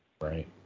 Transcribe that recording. Right